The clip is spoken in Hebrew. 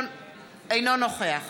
אינו נוכח